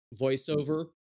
voiceover